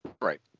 Right